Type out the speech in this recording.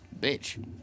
bitch